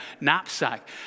knapsack